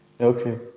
Okay